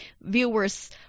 viewers